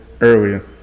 earlier